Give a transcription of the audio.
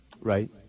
Right